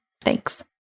Thanks